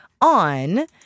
on